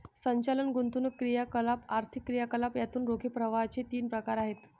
संचालन, गुंतवणूक क्रियाकलाप, आर्थिक क्रियाकलाप यातून रोख प्रवाहाचे तीन प्रकार आहेत